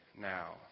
now